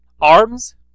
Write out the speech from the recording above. Arms